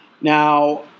Now